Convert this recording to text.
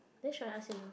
then should I ask you now